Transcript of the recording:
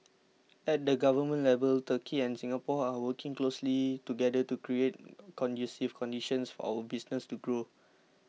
at the government level Turkey and Singapore are working closely together to create conducive conditions for our businesses to grow